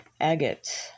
Agate